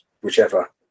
whichever